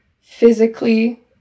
physically